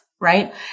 right